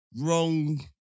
Wrong